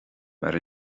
mar